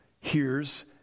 hears